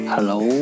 Hello